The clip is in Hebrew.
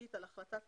בעיקרון